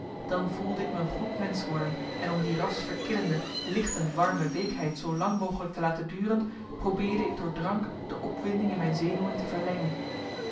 dan voelde ik me een goed mensch worden en om die ras verkillende lichtend warme weekheid zoo lang mogelijk te laten duren probeerde ik door drank de opwinding in mijn zenuwen te verlengen